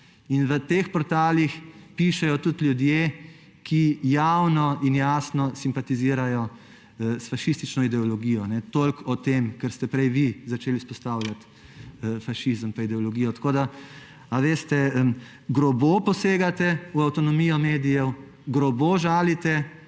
In na teh portalih pišejo tudi ljudje, ki javno in jasno simpatizirajo s fašistično ideologijo. Toliko o tem, ker ste prej vi začeli izpostavljati fašizem in ideologijo. Grobo posegate v avtonomijo medijev, grobo žalite